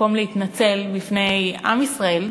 להתנצל בפני עם ישראל,